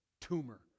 tumor